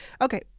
okay